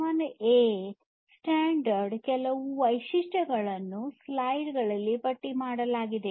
11a ISA ಸ್ಟ್ಯಾಂಡರ್ಡ್ವ ಕೆಲವು ವೈಶಿಷ್ಟ್ಯಗಳನ್ನು ಸ್ಲೈಡ್ ಗಳಲ್ಲಿ ಪಟ್ಟಿ ಮಾಡಲಾಗಿದೆ